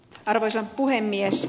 arvoisa puhemies